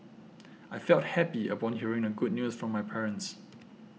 I felt happy upon hearing the good news from my parents